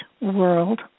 world